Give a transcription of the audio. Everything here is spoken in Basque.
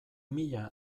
mila